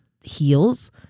heels